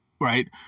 Right